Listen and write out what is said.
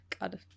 God